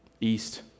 east